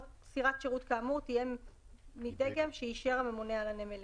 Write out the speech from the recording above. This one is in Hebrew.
סירת שירות כאמור תהיה מדגם שאישר הממונה על הנמלים.